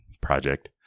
project